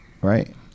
right